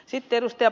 sitten ed